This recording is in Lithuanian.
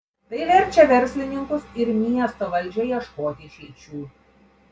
tai verčia verslininkus ir miesto valdžią ieškoti išeičių